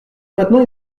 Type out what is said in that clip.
maintenant